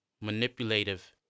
manipulative